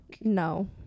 No